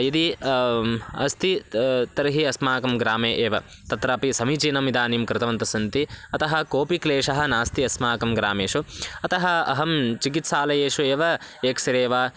यदि अस्ति त तर्हि अस्माकं ग्रामे एव तत्रापि समीचीनम् इदानीं कृतवन्तःसन्ति अतः कोऽपि क्लेशः नास्ति अस्माकं ग्रामेषु अतः अहं चिकित्सालयेषु एव एक्स्रे वा